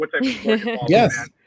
Yes